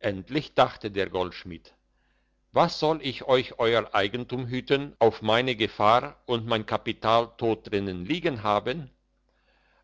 endlich dachte der goldschmied was soll ich euch euer eigentum hüten auf meine gefahr und mein kapital tot drinnen liegen haben